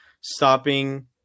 stopping